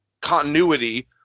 continuity